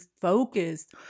focused